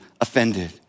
offended